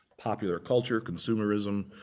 popular culture, consumerism,